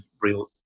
real